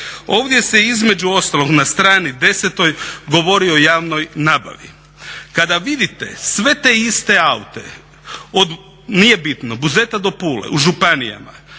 Ovdje se između ostalog na strani 10.govori o javnoj nabavi. Kada vidite sve te iste aute od nije bitno Buzeta do Pule u županijama,